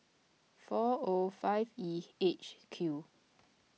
four O five E H Q